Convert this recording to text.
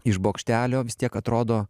iš bokštelio vis tiek atrodo